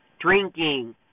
Drinking